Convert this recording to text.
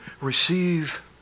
receive